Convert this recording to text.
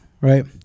Right